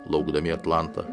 laukdami atlantą